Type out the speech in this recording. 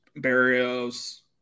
Barrios